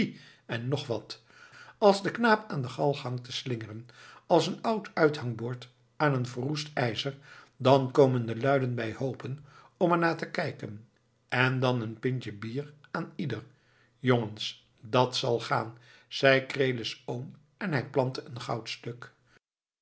en nog wat als de knaap aan de galg hangt te slingeren als een oud uithangbord aan een verroest ijzer dan komen de luiden bij hoopen om er naar te kijken en dan een pintje bier aan ieder jongens dat zal gaan zei krelis oom en hij plantte een